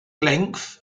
length